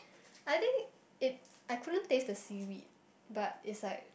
I think it I couldn't taste the seaweed but it's like